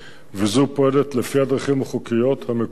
וזו פועלת לפי הדרכים החוקיות המקובלות.